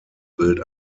bild